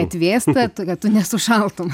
atvėsta tu kad tu nesušaltum